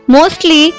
Mostly